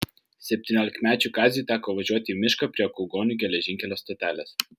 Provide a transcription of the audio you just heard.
septyniolikmečiui kaziui teko važiuoti į mišką prie kaugonių geležinkelio stotelės